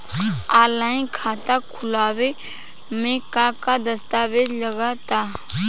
Online खाता खूलावे म का का दस्तावेज लगा ता?